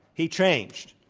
he changed.